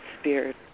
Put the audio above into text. Spirit